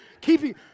Keeping